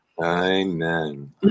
Amen